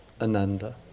Ananda